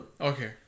Okay